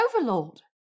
overlord